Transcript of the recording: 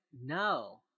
no